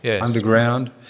underground